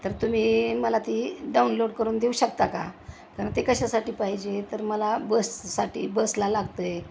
तर तुम्ही मला ती डाउनलोड करून देऊ शकता का कारण ते कशासाठी पाहिजे तर मला बससाठी बसला लागतं आहे